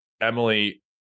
Emily